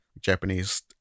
Japanese